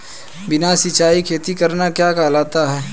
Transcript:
बिना सिंचाई खेती करना क्या कहलाता है?